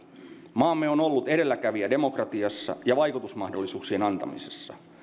maamme on ollut edelläkävijä demokratiassa ja vaikutusmahdollisuuksien antamisessa